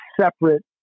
separate